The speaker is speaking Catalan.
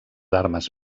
armes